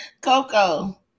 Coco